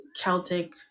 Celtic